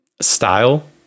Style